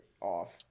off